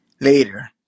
later